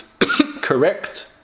correct